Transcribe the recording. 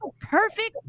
perfect